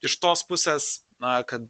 iš tos pusės na kad